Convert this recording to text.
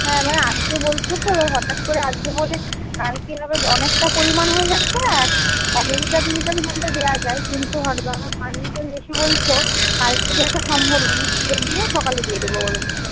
হ্যাঁ মানে আজকে বলছো তো এবার হঠাৎ করে আজকে বলে কালকে আবার অনেকটা পরিমাণ হয়ে যাচ্ছে না এক লিটার দু লিটার বললে দেওয়া যায় কিন্তু পাঁচ লিটার বেশি বলছো কালকে দেওয়াটা সম্ভব না আমি পুজোর দিনে সকালে দিয়ে দেবো বরঞ্চ